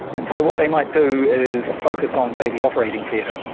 and so what they might do is focus on, say, the operating theatre,